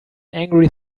angry